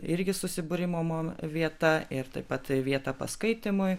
irgi susibūrimo mom vieta ir taip pat vietą paskaitymui